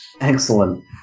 excellent